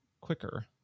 quicker